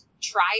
try